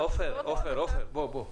עופר, בוא, בוא.